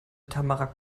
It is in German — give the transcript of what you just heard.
tamara